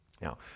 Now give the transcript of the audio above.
Now